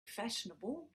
fashionable